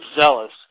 zealous